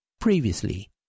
Previously